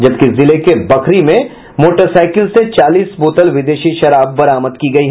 जिले के बखरी में एक मोटरसाइकिल से चालीस बोतल विदेशी शराब बरामद की गयी